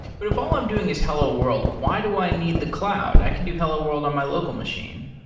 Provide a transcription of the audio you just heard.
but if all i'm doing is hello world, why do i need the cloud? i can do hello world on my local machine.